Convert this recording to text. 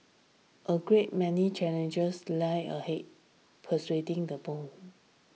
a great many challenges lie ahead persuading the bone